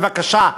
בבקשה,